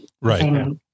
right